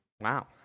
wow